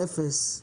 אפס.